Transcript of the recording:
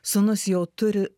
sūnus jau turi